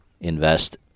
invest